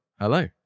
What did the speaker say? Hello